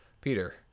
Peter